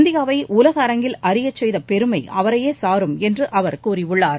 இந்தியாவை உலக அரங்கில் அறியச் செய்த பெருமை அவரையே சாரும் என்று அவர் கூறியுள்ளார்